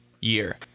year